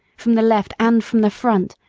from the left, and from the front,